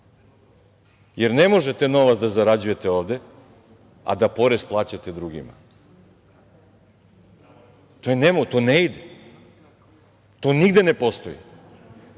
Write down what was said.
jer ne možete novac da zarađujete ovde, a da porez plaćate drugima. To ne ide. To nigde ne postoji. Konačno